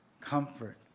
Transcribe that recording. comfort